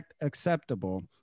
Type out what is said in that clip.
acceptable